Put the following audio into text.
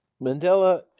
Mandela